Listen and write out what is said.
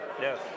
Yes